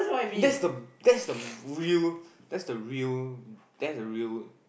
that's the that's the real that's the real that's the real